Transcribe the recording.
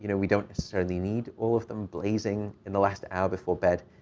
you know we don't necessarily need all of them blazing in the last hour before bed.